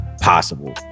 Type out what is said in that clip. possible